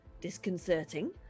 disconcerting